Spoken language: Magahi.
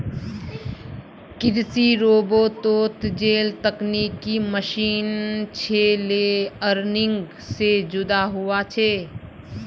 कृषि रोबोतोत जेल तकनिकी मशीन छे लेअर्निंग से जुदा हुआ छे